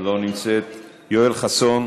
אינה נוכחת, יואל חסון,